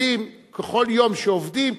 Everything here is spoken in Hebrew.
אבל כל יום שעובדים,